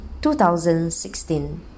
2016